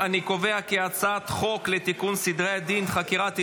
אנחנו עוברים להצבעה על הצעת חוק לתיקון סדרי הדין (חקירת עדים)